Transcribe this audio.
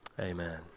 Amen